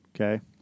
okay